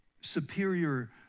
superior